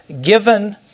given